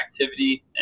activity